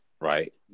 right